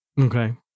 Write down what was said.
Okay